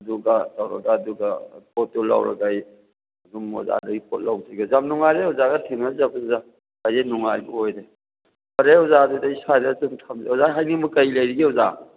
ꯑꯗꯨꯒ ꯇꯧꯔꯒ ꯑꯗꯨꯒ ꯄꯣꯠꯇꯨ ꯂꯧꯔꯒ ꯑꯩ ꯑꯗꯨꯝ ꯃꯣꯏ ꯑꯣꯖꯗꯒꯤ ꯄꯣꯠ ꯌꯥꯝ ꯅꯨꯡꯉꯥꯏꯔꯦ ꯑꯣꯖꯥꯒ ꯊꯦꯟꯅꯖꯕꯁꯤꯗ ꯍꯦꯟꯅ ꯅꯨꯡꯉꯥꯏꯕ ꯑꯣꯏꯔꯦ ꯐꯔꯦ ꯑꯣꯖꯥ ꯑꯗꯨꯗꯤ ꯑꯩ ꯁ꯭ꯋꯥꯥꯏꯗ ꯑꯗꯨꯝ ꯑꯣꯖꯥꯅ ꯍꯥꯏꯅꯤꯡꯕ ꯀꯔꯤ ꯂꯩꯔꯤꯒꯦ ꯑꯣꯖꯥ